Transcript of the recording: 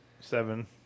seven